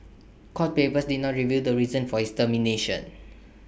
court papers did not reveal the reason for his termination